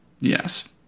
Yes